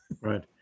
Right